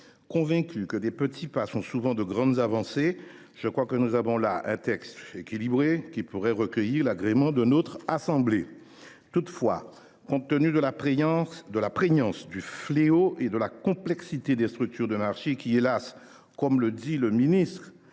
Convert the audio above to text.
Convaincu que de petits pas constituent souvent de grandes avancées, je pense que ce texte est équilibré et qu’il pourrait recueillir l’agrément de notre assemblée. Toutefois, compte tenu de la prégnance du fléau de la vie chère et de la complexité des structures de marché, qui, hélas ! comme le dit le ministre,